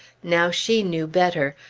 now, she knew better.